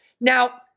Now